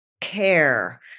care